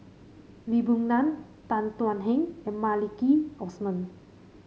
Lee Boon Ngan Tan Thuan Heng and Maliki Osman